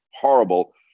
horrible